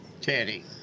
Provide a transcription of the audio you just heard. Teddy